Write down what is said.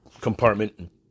compartment